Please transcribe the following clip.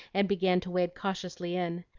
and began to wade cautiously in.